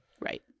right